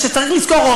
ושצריך לזכור,